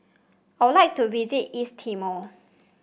I would like to visit East Timor